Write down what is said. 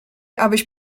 abyś